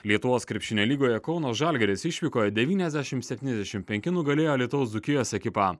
lietuvos krepšinio lygoje kauno žalgiris išvykoje devyniasdešimt septyniasdešimt penki nugalėjo alytaus dzūkijos ekipą